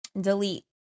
delete